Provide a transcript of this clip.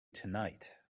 tonight